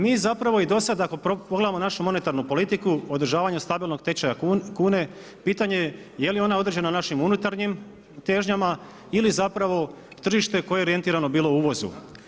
Mi zapravo i dosada ako pogledamo našu monetarnu politiku, održavanje stabilnog tečaja kune, pitanje je je li ona određena našim unutarnjim težnjama, ili zapravo, tržište koje je orijentirano bilo u uvozu?